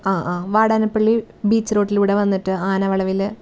ആ ആ Vadanappally beach റോഡിലൂടെ വന്നിട്ട് ആനവളവിൽ